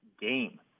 game